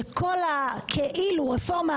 שכל הכאילו רפורמה,